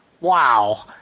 Wow